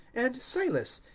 and silas,